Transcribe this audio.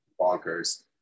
bonkers